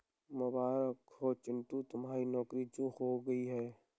मुबारक हो चिंटू तुम्हारी नौकरी जो हो गई है